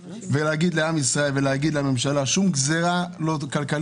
אני מבקש להגיד לעם ישראל ולהגיד לממשלה: שום גזרה כלכלית